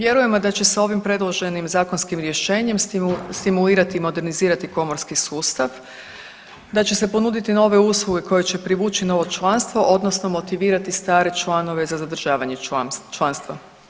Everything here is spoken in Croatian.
Vjerujemo da će se ovim predloženim zakonskim rješenjem stimulirati i modernizirati komorski sustav, da će se ponuditi nove usluge koje će privući novo članstvo odnosno motivirati stare članove za zadržavanje članstva.